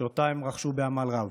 שהם רכשו בעמל רב.